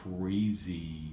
crazy